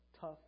tough